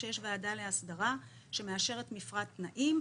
כשיש ועדה להסדרה שמאשרת מפרט תנאים,